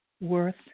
worth